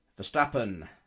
Verstappen